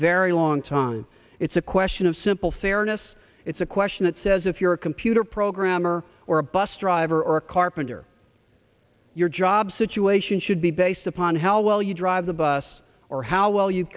very long time it's a question of simple fairness it's a question that says if you're a computer programmer or a bus driver or a carpenter your job situation should be based upon how well you drive the bus or how well you